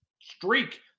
streak